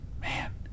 Man